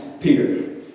Peter